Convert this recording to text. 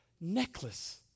necklace